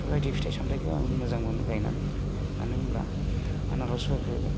बेफोरबायदि फिथाइ सामथाइखौ आं मोजां मोनो गायनानै मानो होमब्ला आनारसफोरखौ